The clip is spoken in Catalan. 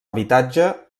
habitatge